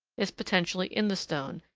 is potentially in the stone,